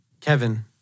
Kevin